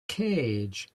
cage